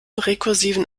rekursiven